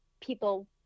people